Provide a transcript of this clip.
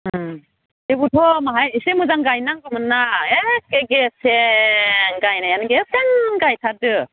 थेवबोथ' माहाय एसे मोजां गायनांगौमोन ना एख्खे गेसें गायनायानो गेसें गायखादो